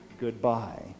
goodbye